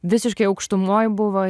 visiškai aukštumoj buvo